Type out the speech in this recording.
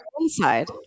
inside